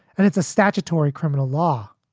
and it's a statutory criminal law.